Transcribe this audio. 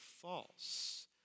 false